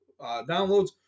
downloads